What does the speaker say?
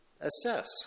Assess